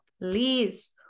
please